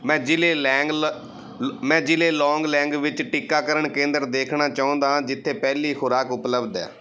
ਮੈਂ ਜ਼ਿਲ੍ਹੇ ਲੈਂਗ ਲ ਲ ਮੈਂ ਜ਼ਿਲ੍ਹੇ ਲੌਂਗਲੈਂਗ ਵਿੱਚ ਟੀਕਾਕਰਨ ਕੇਂਦਰ ਦੇਖਣਾ ਚਾਹੁੰਦਾ ਹਾਂ ਜਿੱਥੇ ਪਹਿਲੀ ਖੁਰਾਕ ਉਪਲੱਬਧ ਹੈ